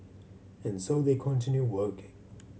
and so they continue working